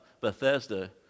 Bethesda